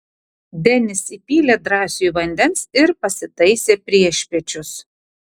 denis įpylė drąsiui vandens ir pasitaisė priešpiečius